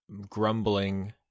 grumbling